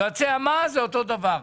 יועצי המס אותו דבר.